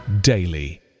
daily